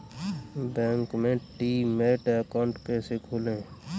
Bank में demat account कैसे खोलें?